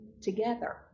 together